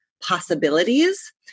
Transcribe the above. possibilities